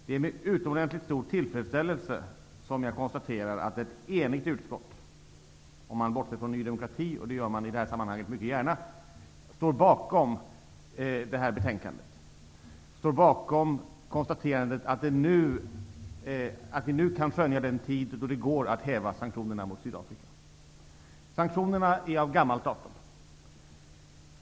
Det är med utomordentligt stor tillfredsställelse som jag konstaterar att ett enigt utskott -- om man bortser från Ny demokrati, och det gör man gärna i det här sammanhanget -- står bakom betänkandet. Utskottet står bakom konstaterandet att vi nu kan skönja den tid då det går att häva sanktionerna mot Sanktionerna är av gammalt datum.